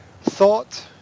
thought